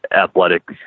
athletic